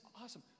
awesome